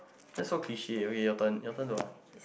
that so cliche okay your turn your turn to ask